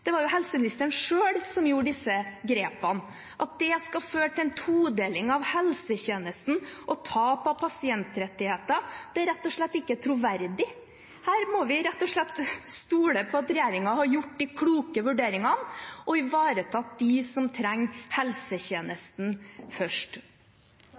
Det var helseministeren selv som tok disse grepene. At det skal føre til en todeling av helsetjenesten og tap av pasientrettigheter, er rett og slett ikke troverdig. Her må vi rett og slett stole på at regjeringen har foretatt de kloke vurderingene og ivaretatt dem som trenger